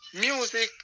music